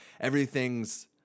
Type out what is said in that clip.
everything's